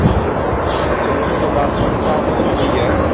اس سے اچھا اس کے بعد سستا پھول بھی ہے